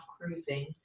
cruising